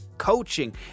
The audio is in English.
coaching